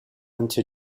into